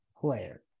player